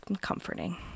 comforting